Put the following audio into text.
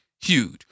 huge